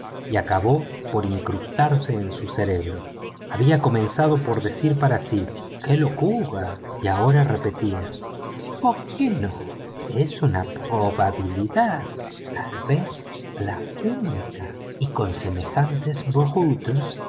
y acabó por incrustarse en su cerebro había comenzado por decir para sí qué locura y ahora repetía y porqué no es una probabilidad tal vez la única y con semejantes